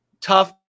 tough